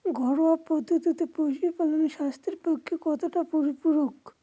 ঘরোয়া পদ্ধতিতে পশুপালন স্বাস্থ্যের পক্ষে কতটা পরিপূরক?